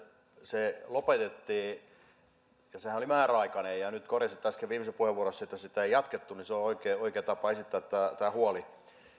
se lopetettiin ja sehän oli määräaikainen ja kun nyt korjasitte äsken viimeisessä puheenvuorossanne että sitä ei jatkettu niin se on oikea tapa esittää tämä huoli